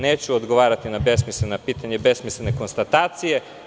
Neću odgovarati na besmislena pitanja i besmislene konstatacije.